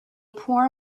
poor